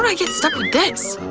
like get stuck with this?